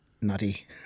nutty